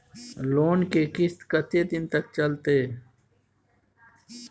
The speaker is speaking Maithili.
लोन के किस्त कत्ते दिन तक चलते?